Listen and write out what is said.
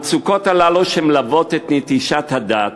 המצוקות הללו, שמלוות את נטישת הדת,